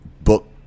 book